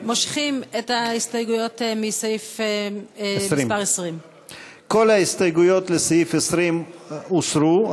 מושכים את ההסתייגויות מסעיף 20. כל ההסתייגויות לסעיף 20 הוסרו,